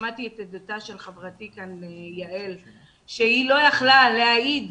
שמעתי את עדותה של חברתי יעל, שהיא לא יכלה להעיד